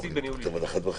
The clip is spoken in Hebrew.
זו ההסמכה,